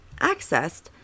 accessed